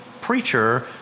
preacher